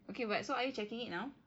okay but so are you checking it now